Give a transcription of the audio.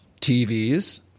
tvs